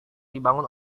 dibangun